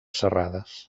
serrades